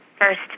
first